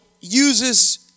uses